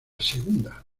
segunda